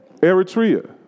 Eritrea